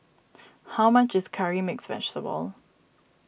how much is Curry Mixed Vegetable